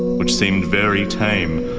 which seemed very tame,